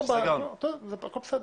הכול בסדר.